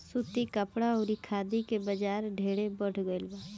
सूती कपड़ा अउरी खादी के बाजार ढेरे बढ़ गईल बा